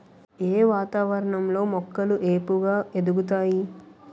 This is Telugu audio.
ఏ వాతావరణం లో మొక్కలు ఏపుగ ఎదుగుతాయి?